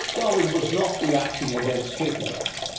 darwin was not reacting against kierkegaard,